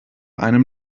einem